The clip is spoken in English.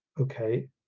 Okay